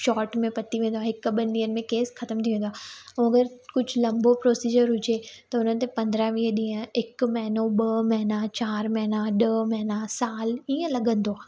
shot में पटी वेंदो हिकु ॿिनि ॾींहंनि में केस ख़तम थी वेंदो आहे पोइ अगरि कुझु लंबो प्रोसिजर हुजे त हुन ते पंद्रहं वीह ॾींहं हिकु महीनो ॿ महीना चारि महीना ॾह महीना साल ईअं लॻंदो आहे